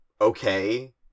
okay